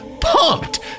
pumped